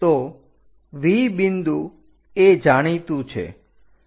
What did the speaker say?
તો V બિંદુ એ જાણીતું છે